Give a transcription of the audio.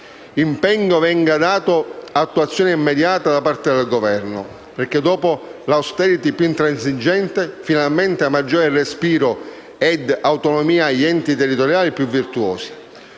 impegno venga data un'attuazione immediata da parte del Governo. Dopo l'*austerity* più intransigente, si dà finalmente maggiore respiro ed autonomia agli enti territoriali più virtuosi.